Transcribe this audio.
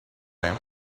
time